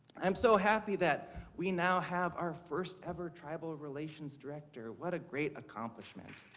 i am so happy that we now have our first ever tribal relations director. what a great accomplishment.